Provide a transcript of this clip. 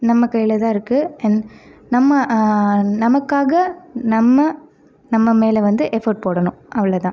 நம்ம கையில் தான் இருக்குது நம்ம நமக்காக நம்ம நம்ம மேலே வந்து எஃபெக்ட் போடணும் அவ்வளவு தான்